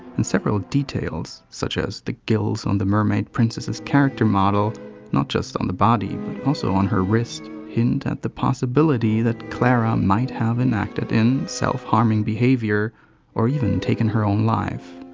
and several details, such as the gills on the mermaid princess' character model not just on the body but also on her wrist hint at the possibility that clara might have enacted in self-harming behavior or even taken her own life.